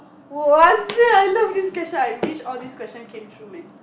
what the I love this question I wish all this question came through man